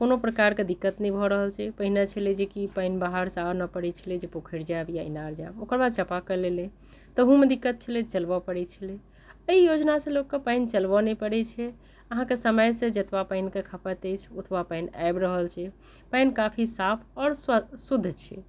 कोनो प्रकारके दिक्कत नहि भऽ रहल छै पहिने छलै जे कि पानि बाहरसँ आनय पड़ैत छलै जे पोखरि जायब या इनार जायब ओकर बाद चापाकल एलै ताहूमे दिक्कत छलै चलबय पड़ैत छलै एहि योजनासँ लोकके पानि चलबय नहि पड़ैत छै अहाँके समयसँ जतबा पानिके खपत अछि ओतबा पानि आबि रहल छै पानि काफी साफ आओर स्व शुद्ध छै